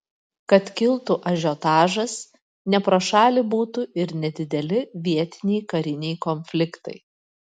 kad kiltų ažiotažas ne pro šalį būtų ir nedideli vietiniai kariniai konfliktai